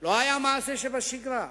לא היתה מעשה שבשגרה,